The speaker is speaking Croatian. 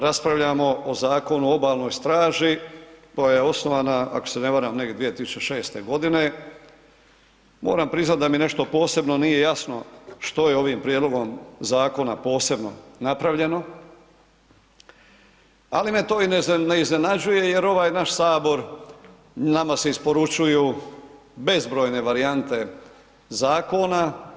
Raspravljamo o Zakonu o Obalnoj straži koja je osnovana, ako se ne varam negdje 2006. g. Moram priznati da mi nešto posebno nije jasno što je ovim prijedlogom zakona posebno napravljeno, ali me to i ne iznenađuje jer ovaj naš Sabor, nama se isporučuju bezbrojne varijante zakona.